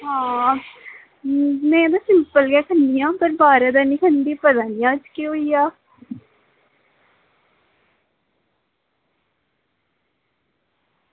आं में बी सिंपल गै खंदी ते बाहरा दा निं खंदी ऐ पता निं केह् होइया